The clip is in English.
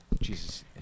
Jesus